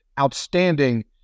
outstanding